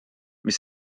mis